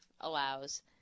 allows